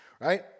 right